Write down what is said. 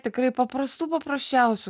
tikrai paprastų paprasčiausių